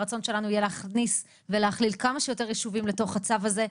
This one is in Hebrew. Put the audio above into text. הרצון שלנו יהיה להכניס ולהכליל כמה שיותר ישובים לתוך הצו הזה,